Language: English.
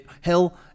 hell